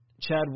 Chad